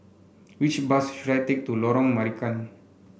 which bus should I take to Lorong Marican